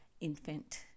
infant